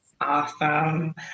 Awesome